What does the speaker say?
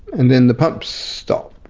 and then the pumps stopped,